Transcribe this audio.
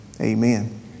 Amen